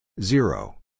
Zero